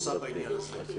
בעניין הזה?